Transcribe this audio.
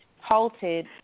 halted